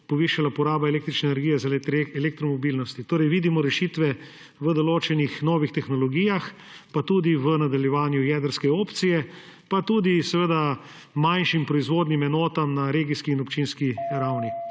povišala poraba električne energije zaradi elektromobilnosti. Torej vidimo rešitve v določenih novih tehnologijah, tudi v nadaljevanju jedrske opcije pa tudi v manjših proizvodnih enotah na regijski in občinski ravni.